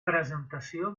presentació